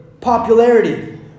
popularity